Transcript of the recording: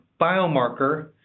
biomarker